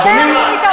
הולך ומתארך,